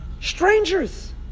strangers